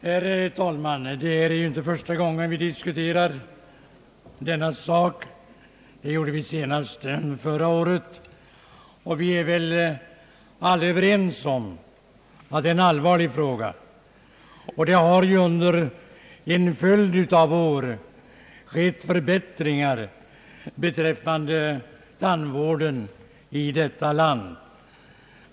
Herr talman! Det är inte första gången vi diskuterar denna fråga. Det gjorde vi senast förra året. Vi är väl också alla överens om att det är en allvarlig fråga. Det har ju under en följd av år skett förbättringar beträffande tandvården i detta land.